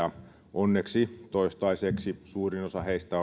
onneksi toistaiseksi suurin osa heistä